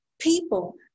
people